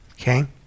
okay